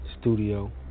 studio